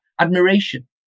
Admiration